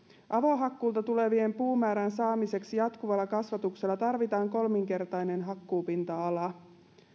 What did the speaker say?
avohakkuulta tulevan puumäärän saamiseksi jatkuvalla kasvatuksella tarvitaan kolminkertainen hakkuupinta ala